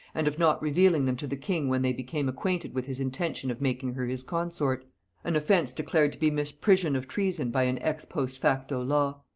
and of not revealing them to the king when they became acquainted with his intention of making her his consort an offence declared to be misprision of treason by an ex post facto law.